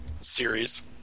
series